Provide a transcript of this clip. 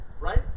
right